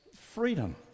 freedom